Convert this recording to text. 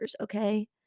okay